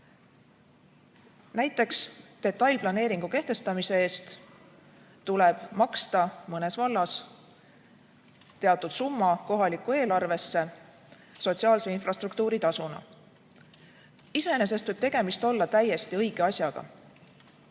Näiteks detailplaneeringu kehtestamise eest tuleb maksta mõnes vallas teatud summa kohalikku eelarvesse sotsiaalse infrastruktuuri tasuna. Iseenesest võib tegemist olla täiesti õige asjaga.